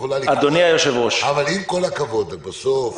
עם כל הכבוד, בסוף